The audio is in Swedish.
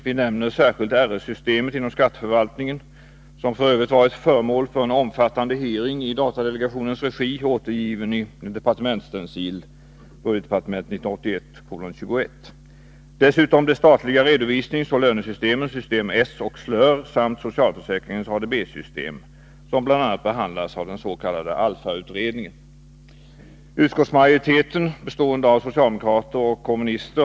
Vi nämner särskilt RS-systemet inom skatteförvaltningen — som f. ö. varit föremål för en omfattande hearing i datadelegationens regi, återgiven i departementsstencil från budgetdepartementet, 1981:21 — de statliga redovisningsoch lönesystemen, System S och SLÖR, samt socialförsäkringens ADB-system, som bl.a. behandlats av den s.k. ALLFA-utredningen.